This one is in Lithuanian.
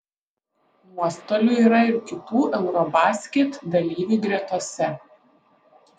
nuostolių yra ir kitų eurobasket dalyvių gretose